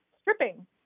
stripping